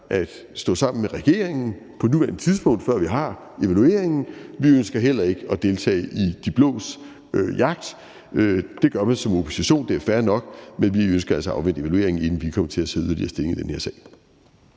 at stå sammen med regeringen på nuværende tidspunkt, før vi har evalueringen, eller at deltage i de blås jagt. Det gør man som opposition, det er fair nok, men vi ønsker altså at afvente evalueringen, inden vi kommer til at tage yderligere stilling i den her sag.